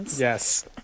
Yes